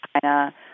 China